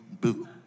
boo